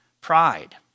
Pride